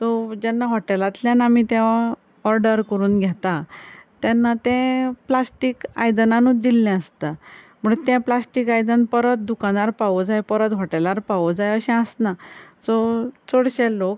so जेन्ना हॉटॅलांतल्यान आमी तें ऑडर करून घेता तेन्ना तें प्लास्टीक आयदनानूत दिल्लें आसता म्हुणू तें प्लास्टीक आयदन परत दुकानार पावो जाय परत हॉटॅलार पावो जाय अशें आसना सो चडशे लोक